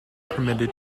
permitted